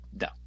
no